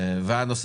לגבי